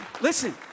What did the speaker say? listen